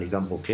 אני גם רוקח